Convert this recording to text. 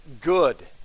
good